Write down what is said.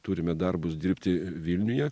turime darbus dirbti vilniuje